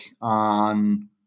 on